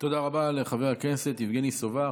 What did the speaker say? תודה רבה לחבר הכנסת יבגני סובה.